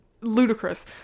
ludicrous